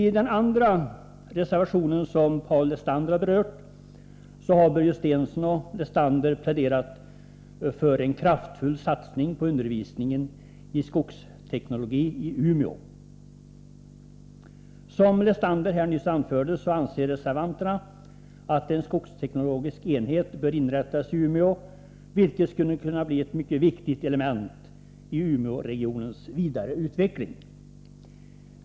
I den andra reservationen, som Paul Lestander har berört, har Börje Stensson och Paul Lestander pläderat för en kraftfull satsning på undervisningen i skogsteknologi i Umeå. Som Lestander nyss anförde anser reservanterna att en skogsteknologisk enhet bör inrättas i Umeå, vilket skulle kunna bli ett mycket viktigt element i Umeåregionens vidare utveckling.